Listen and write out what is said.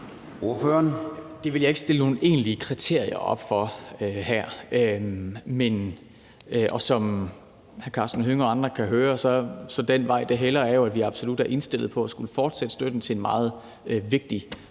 Det vil jeg ikke stille nogen egentlige kriterier op for her. Som hr. Karsten Hønge og andre kan høre, så er den vej, det hælder, jo, at vi absolut er indstillet på at skulle fortsætte støtten til en meget vigtig